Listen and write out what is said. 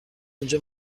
اینجا